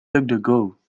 duckduckgo